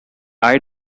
eye